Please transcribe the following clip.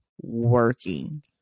working